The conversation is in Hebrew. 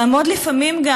לעמוד לפעמים גם,